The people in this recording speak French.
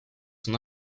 son